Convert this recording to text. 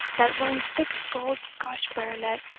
that one thick-skulled scotch baronet,